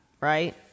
Right